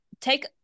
take